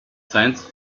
science